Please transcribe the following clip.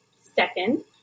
Second